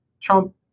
Trump